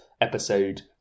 episode